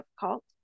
difficult